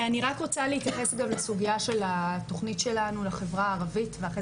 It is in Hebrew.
אני רוצה להתייחס גם לסוגיה של התכנית שלנו לחברה הערבית ואחרי